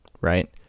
right